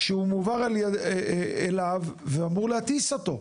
כשהוא מועבר אליו ואמור להטיס אותו.